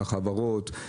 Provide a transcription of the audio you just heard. החברות,